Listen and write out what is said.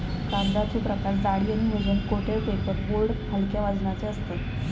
कागदाचो प्रकार जाडी आणि वजन कोटेड पेपर बोर्ड हलक्या वजनाचे असतत